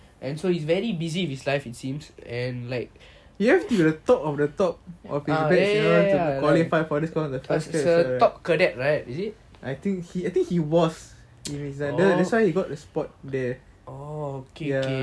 you have to be the top of the top of his batch to qualify for this course right I think he was he is that's why he got the spot there ya